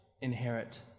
inherit